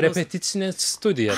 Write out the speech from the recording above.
repeticinės studijos